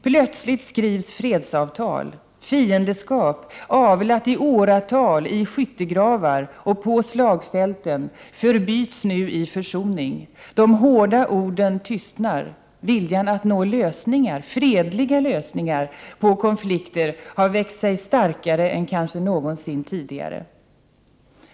Plötsligt skrivs fredsavtal. Fiendeskap, avlat i åratal i skyttegravar och på slagfält, förbyts nu i försoning. De hårda orden tystnar. Viljan att nå lösningar, fredliga lösningar, på konflikter har växt sig starkare än kanske någonsin tidigare.